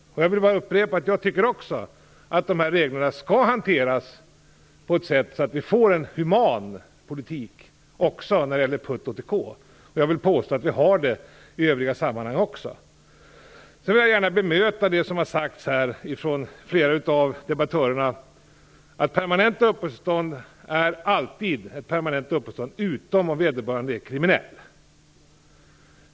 Jag vill bara upprepa att jag också anser att dessa regler skall hanteras på ett sätt som innebär att vi får en human politik också när det gäller uppehållstillstånd. Jag vill påstå att vi har det även i övriga sammanhang. Sedan vill jag gärna bemöta det som har sagts från flera av debattörerna, nämligen att permanenta uppehållstillstånd alltid är permanenta upphållstillstånd utom om vederbörande är kriminell.